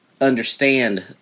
understand